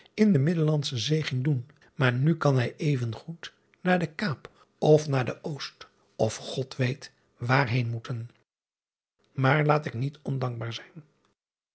in de iddelandsche zee ging doen maar nu kan hij even goed naar de aap of naar de ost of od weet waar heen moeten aar laat ik niet ondankbaar zijn